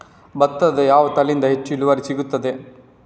ಭತ್ತದ ಯಾವ ತಳಿಯಿಂದ ಹೆಚ್ಚು ಇಳುವರಿ ಸಿಗುತ್ತದೆ?